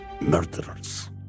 Murderers